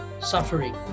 suffering